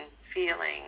feeling